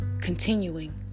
continuing